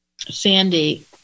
Sandy